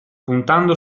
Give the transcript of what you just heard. puntando